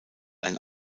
ein